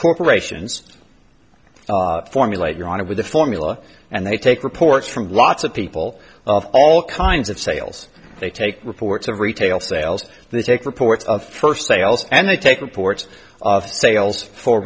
corporations formulate your honor with a formula and they take reports from lots of people of all kinds of sales they take reports of retail sales they take reports of first sales and they take reports of sales for